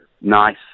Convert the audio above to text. Nice